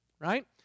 right